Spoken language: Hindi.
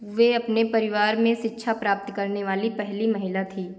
वे अपने परिवार में शिक्षा प्राप्त करने वाली पहली महिला थी